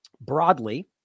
broadly